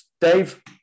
Dave